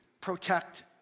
protect